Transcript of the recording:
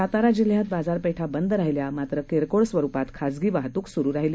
सातारा जिल्ह्यात बाजारपेठा बंद राहिल्या मात्र किरकोळ स्वरूपात खाजगी वाहतूक सुरू राहिली